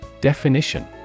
Definition